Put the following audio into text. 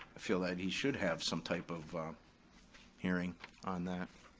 i feel that he should have some type of hearing on that.